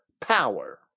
power